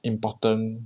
important